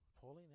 pauline